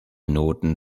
noten